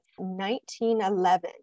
1911